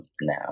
now